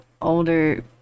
older